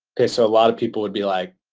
okay. so, a lot of people would be like,